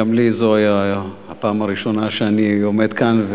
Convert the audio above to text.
גם לי זו הפעם הראשונה שאני עומד כאן,